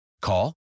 Call